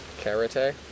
karate